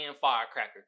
firecracker